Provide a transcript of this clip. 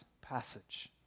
passage